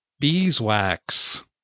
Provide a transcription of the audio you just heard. beeswax